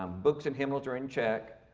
um books and hymliture in czech.